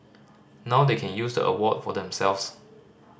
now they can use the award for themselves